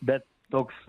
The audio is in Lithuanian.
bet toks